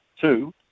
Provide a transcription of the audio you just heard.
two